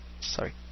Sorry